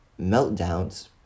meltdowns